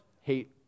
Hate